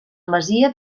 masia